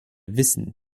wissen